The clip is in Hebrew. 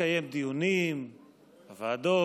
לקיים דיונים בוועדות,